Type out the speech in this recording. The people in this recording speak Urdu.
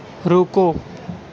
رکو